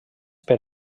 per